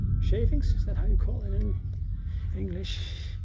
shavings is that how you call it in english?